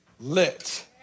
lit